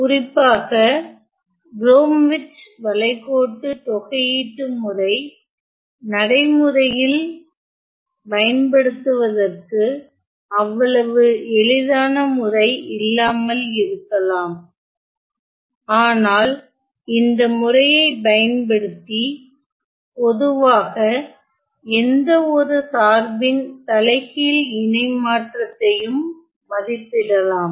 குறிப்பாக ப்ரோம்விச் வளைகோட்டு தொகையீட்டு முறை நடைமுறையில் பயன்படுத்துவதற்கு அவ்வளவு எளிதான முறை இல்லாமல் இருக்கலாம் ஆனால் இந்த முறையை பயன்படுத்தி பொதுவாக எந்த ஒரு சார்பின் தலைகீழ் இணை மாற்றத்தையும் மதிப்பிடலாம்